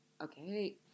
Okay